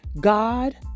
God